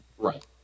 Right